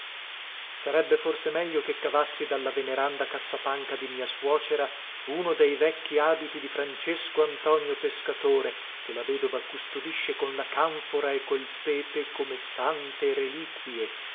sarebbe forse meglio che cavassi dalla veneranda cassapanca di mia suocera uno dei vecchi abiti di francesco antonio pescatore che la vedova custodisce con la canfora e col pepe come sante reliquie